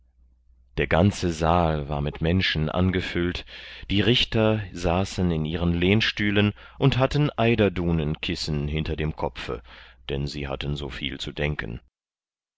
der ganze saal war mit menschen angefüllt die richter saßen in ihren lehnstühlen und hatten eiderdunenkissen hinter dem kopfe denn sie hatten so viel zu denken